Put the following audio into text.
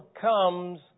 comes